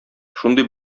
шундый